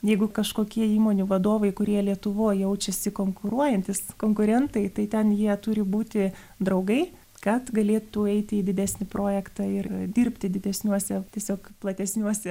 jeigu kažkokie įmonių vadovai kurie lietuvoj jaučiasi konkuruojantys konkurentai tai ten jie turi būti draugai kad galėtų eiti į didesnį projektą ir dirbti didesniuose tiesiog platesniuose